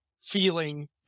feeling